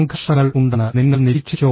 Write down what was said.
സംഘർഷങ്ങൾ ഉണ്ടെന്ന് നിങ്ങൾ നിരീക്ഷിച്ചോ